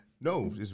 No